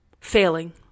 failing